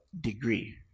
degree